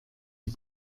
die